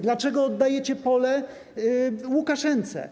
Dlaczego oddajecie pole Łukaszence?